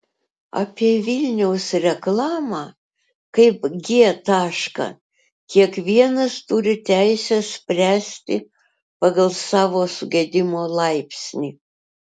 apie vilniaus reklamą kaip g tašką kiekvienas turi teisę spręsti pagal savo sugedimo laipsnį